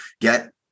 get